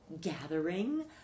gathering